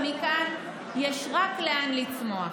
ומכאן יש רק לאן לצמוח.